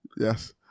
Yes